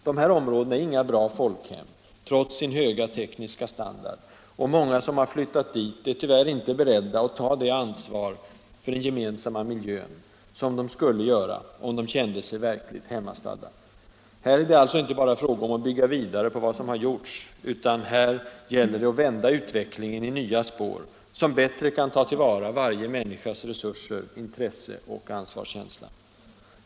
De här områdena är inga bra folkhem, trots sin höga tekniska standard, och många som har flyttat dit är tyvärr inte beredda att ta ansvar för den gemensamma miljön på det sätt som de skulle göra, om de kände sig verkligt hemmastadda. Här är det alltså inte bara fråga om att bygga vidare på vad som gjorts, utan det gäller att vända utvecklingen i nya spår, som bättre kan ta till vara varje människas resurser, intressen och ansvarskänsla.